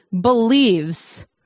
believes